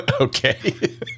Okay